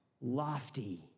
lofty